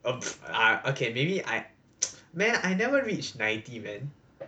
ah okay maybe I man I never reached ninety man